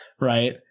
Right